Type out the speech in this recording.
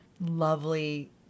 Lovely